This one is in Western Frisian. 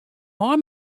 mei